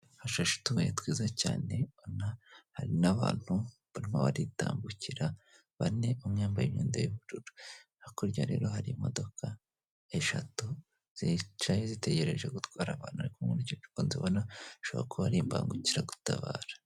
Hashashe utubuye twiza cyane ubona hari n'abantu barimo baritambukira bane, umwe yambaye imyenda y'ubururu, hakurya rero hari imodoka eshatu zicaye zitegereje gutwara abantu, ariko nkurukije uko nzibona ashobora kuba ari imbangukiragutabara.